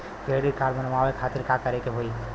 Credit card बनवावे खातिर का करे के होई?